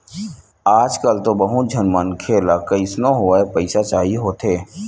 आजकल तो बहुत झन मनखे ल कइसनो होवय पइसा चाही होथे